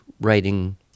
writing